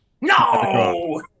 No